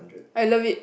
I love it